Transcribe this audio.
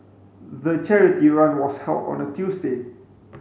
the charity run was held on a Tuesday